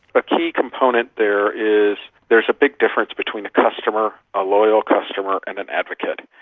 a key component there is there's a big difference between a customer, a loyal customer and an advocate.